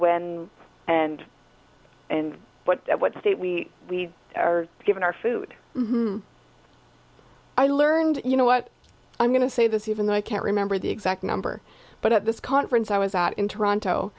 when and and what state we are giving our food i learned you know what i'm going to say this even though i can't remember the exact number but at this conference i was out in toronto